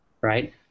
right